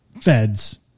feds